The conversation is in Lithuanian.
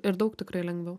ir daug tikrai lengviau